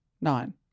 Nine